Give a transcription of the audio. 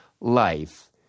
life